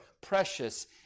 precious